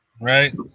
right